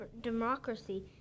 Democracy